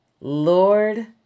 Lord